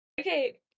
Okay